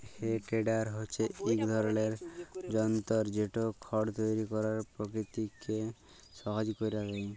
হে টেডার হছে ইক ধরলের যল্তর যেট খড় তৈরি ক্যরার পকিরিয়াকে সহজ ক্যইরে দেঁই